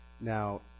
Now